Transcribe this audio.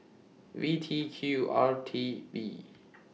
V T Q R T B